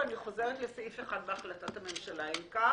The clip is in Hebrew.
ואני חוזרת לסעיף 1 בהחלטת הממשלה אם כך,